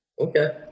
Okay